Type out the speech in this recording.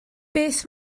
beth